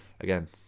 Again